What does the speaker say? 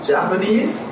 Japanese